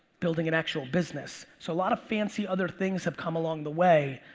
building an actual business. so a lot of fancy other things have come along the way,